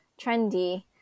trendy